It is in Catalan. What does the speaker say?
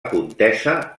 contesa